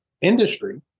industry